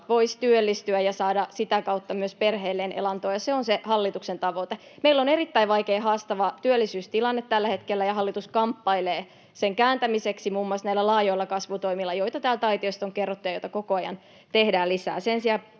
voisi työllistyä ja saada sitä kautta myös perheelleen elantoa, se on hallituksen tavoite. Meillä on erittäin vaikea, haastava työllisyystilanne tällä hetkellä, ja hallitus kamppailee sen kääntämiseksi muun muassa näillä laajoilla kasvutoimilla, joista täältä aitiosta on kerrottu ja joita koko ajan tehdään lisää.